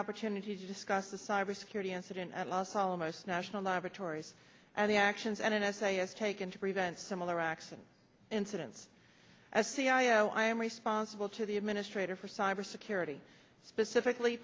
opportunity to discuss the cyber security incident at los alamos national laboratories and the actions n s a has taken to prevent similar action incidents as c e o i am responsible to the administrator for cyber security specifically